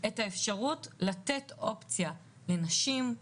את האפשרות לתת אופציה לנשים,